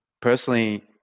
personally